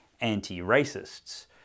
anti-racists